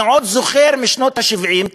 אני עוד זוכר משנות ה-70,